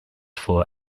for